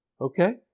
Okay